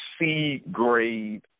C-grade